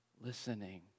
listening